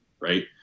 right